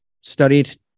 studied